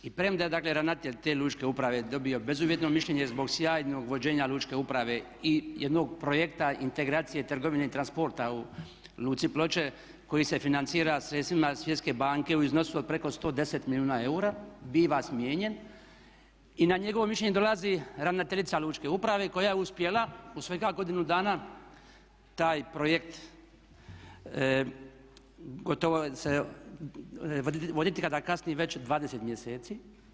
I premda je dakle ravnatelj te lučke uprave dobio bezuvjetno mišljenje zbog sjajnog vođenja lučke uprave i jednog projekta integracije trgovine i transporta u Luci Ploče koji se financira sredstvima Svjetske banke u iznosu od preko 110 milijuna eura biva smijenjen i na njegovo mjesto dolazi ravnateljica lučke uprave koja je uspjela u svega godinu dana taj projekt gotovo voditi ga da kasni već 20 mjeseci.